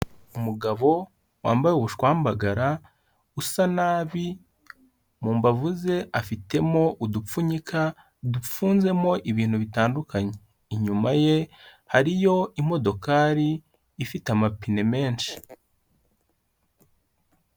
Umugabo wambaye ubushwambagara usa nabi, mu mbavu ze afitemo udupfunyika dufunzemo ibintu bitandukanye, inyuma ye hariyo imodokari ifite amapine menshi.